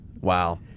Wow